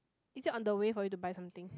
is it on the way for you to buy something